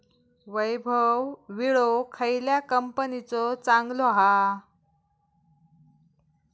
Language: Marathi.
वैभव विळो खयल्या कंपनीचो चांगलो हा?